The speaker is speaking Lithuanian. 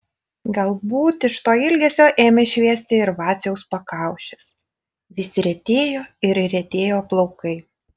galbūt iš to ilgesio ėmė šviesti ir vaciaus pakaušis vis retėjo ir retėjo plaukai